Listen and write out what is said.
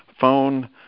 Phone